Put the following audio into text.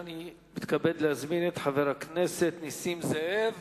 אני מתכבד להזמין את חבר הכנסת נסים זאב,